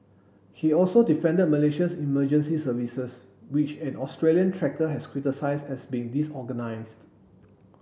he also defended Malaysia's emergency services which an Australian trekker has criticised as being disorganised